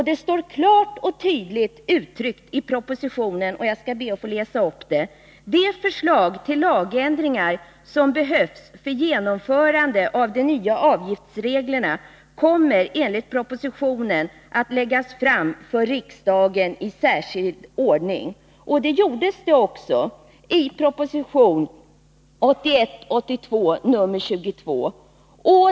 Detta står klart och tydligt uttryckt i propositionen, och jag skall be att få läsa upp vad som skrevs om det i betänkandet: ”De förslag till lagändringar som behövs för genomförande av de nya avgiftsreglerna kommer enligt propositionen att läggas fram för riksdagen i särskild ordning.” Detta gjordes också, nämligen i proposition 1981/82:22.